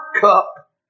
cup